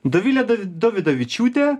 dovilę davi dovidavičiūtę